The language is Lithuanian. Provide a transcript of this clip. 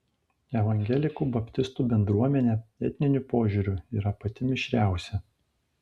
evangelikų baptistų bendruomenė etniniu požiūriu yra pati mišriausia